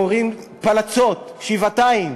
מעוררות פלצות שבעתיים.